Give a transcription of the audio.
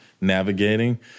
navigating